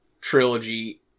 trilogy